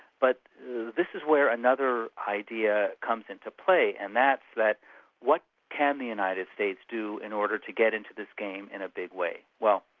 but this is where another idea comes into play, and that's that what can the united states do in order to get into this game in a big way? well,